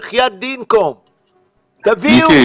תביאו.